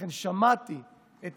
שמעתי את